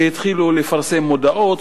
שהתחילו לפרסם מודעות,